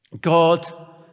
God